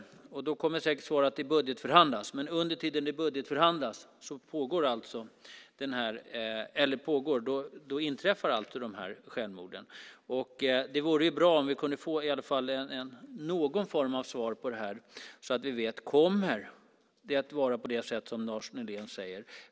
Du kommer säkert att svara att det budgetförhandlas. Men under tiden det budgetförhandlas inträffar alltså dessa självmord. Det vore bra om vi kunde få någon form av svar, så att vi vet om det kommer att vara på det sätt som Lars Nylén säger.